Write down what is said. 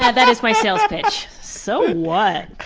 yeah that is my sales pitch. so what?